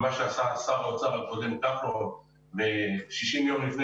מה שעשה שר האוצר הקודם 60 ימים לפני